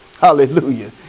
Hallelujah